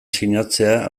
sinatzea